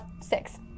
Six